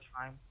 time